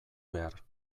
behar